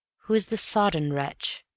who is the sodden wretch?